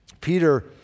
Peter